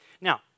now